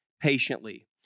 patiently